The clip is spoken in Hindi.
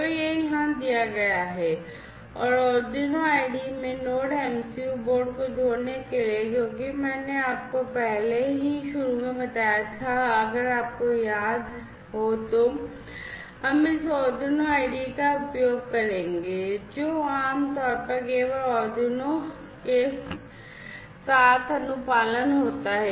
तो यह यहाँ दिया गया है और Arduino IDE में Node MCU बोर्ड को जोड़ने के लिए क्योंकि मैंने आपको पहले ही शुरू में बताया था अगर आपको याद हो तो कि हम इस Arduino IDE का उपयोग करेंगे जो आम तौर पर केवल Arinoino के साथ अनुपालन होता है